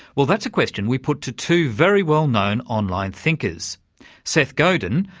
well that's a question we put to two very well known online thinkers seth godin,